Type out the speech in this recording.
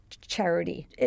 charity